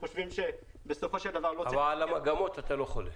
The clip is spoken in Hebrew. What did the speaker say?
אבל על המגמות אתה לא חולק.